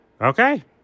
Okay